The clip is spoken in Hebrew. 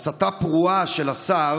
הסתה פרועה של השר,